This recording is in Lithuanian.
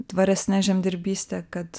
tvaresne žemdirbyste kad